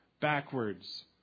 backwards